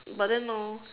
but then orh